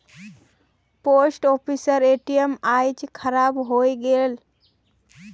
post ऑफिसेर ATM आइज खराब हइ गेल छ